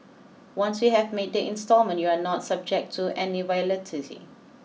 once you have made the instalment you are not subject to any volatility